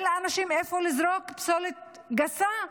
אין לאנשים איפה לזרוק פסולת גסה.